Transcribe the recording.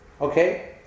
Okay